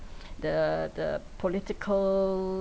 the the political